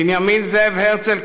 בנימין זאב הרצל,